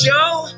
Joe